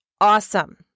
awesome